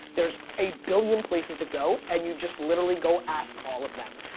there's a billion places to go, and you just literally go ask all of them.